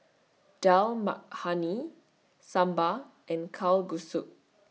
Dal Makhani Sambar and Kalguksu